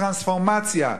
טרנספורמציה.